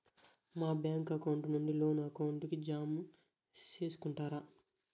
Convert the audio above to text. మా bank account నుండి loan account కి జామ సేసుకుంటారా?